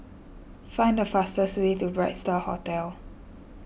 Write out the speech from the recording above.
find the fastest way to Bright Star Hotel